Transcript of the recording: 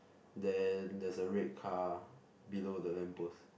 there there's a red car below the lamp post